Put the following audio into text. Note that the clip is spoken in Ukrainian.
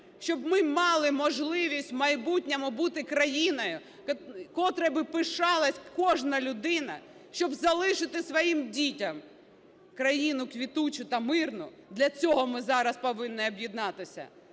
щоб ми мали можливість у майбутньому бути країною, котрою пишалася б кожна людина, щоб залишити своїм дітям країну квітучу та мирну, для цього ми зараз повинні об'єднатися,